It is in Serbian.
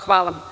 Hvala.